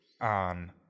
on